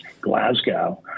Glasgow